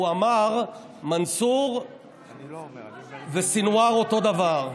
הוא אמר: מנסור וסנוואר, אותו דבר.